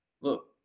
look